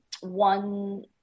one